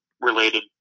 related